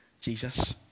Jesus